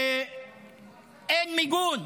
אין מיגון,